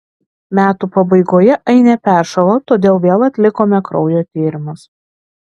metų pabaigoje ainė peršalo todėl vėl atlikome kraujo tyrimus